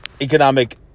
economic